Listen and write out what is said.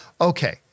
Okay